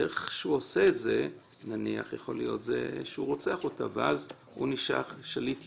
הדרך שהוא עושה את זה היא נניח שהוא רוצח אותה ואז הוא נשאר שליט יחיד.